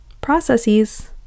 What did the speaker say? Processes